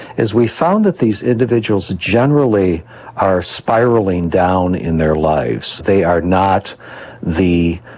is we found that these individuals generally are spiralling down in their lives. they are not the,